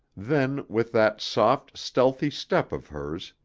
then, with that soft, stealthy step of hers,